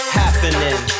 happening